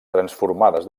transformades